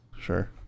sure